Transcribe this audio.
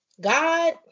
God